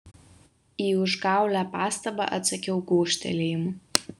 į užgaulią pastabą atsakiau gūžtelėjimu